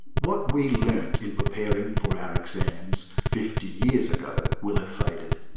what we learned in preparing for our exams fifty years ago will have faded,